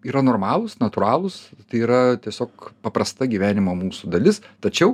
yra normalūs natūralūs tai yra tiesiog paprasta gyvenimo mūsų dalis tačiau